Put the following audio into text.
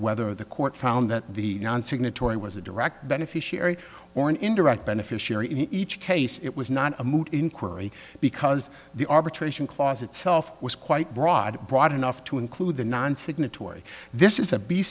whether the court found that the non signatory was a direct beneficiary or an indirect beneficiary in each case it was not a moot inquiry because the arbitration clause itself was quite broad broad enough to include the non signatory this is a be